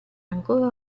ancora